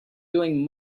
doing